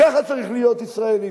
כך צריך להיות ישראלי,